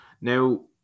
now